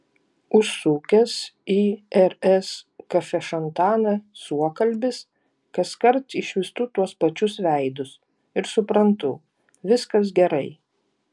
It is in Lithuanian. užsukęs į rs kafešantaną suokalbis kaskart išvystu tuos pačius veidus ir suprantu viskas gerai